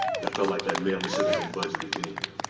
that felt like that mailing should have been budgeted then.